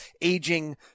aging